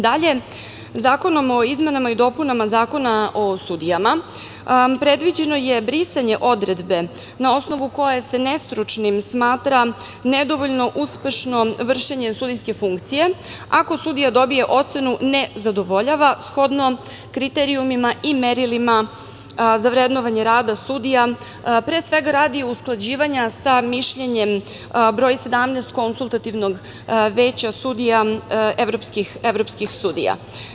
Dalje, zakonom o izmenama i dopuna Zakona o sudijama, predviđeno je brisanje odredbe na osnovu koje se nestručnim smatra nedovoljno uspešno vršenje sudijske funkcije, ako sudija dobije ocenu – ne zadovoljava, shodno kriterijumima i merilima za vrednovanje rada sudija, pre svega radi usklađivanja sa mišljenjem broj 17, konsultativnog veća sudija evropskih sudija.